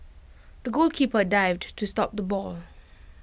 the goalkeeper dived to stop the ball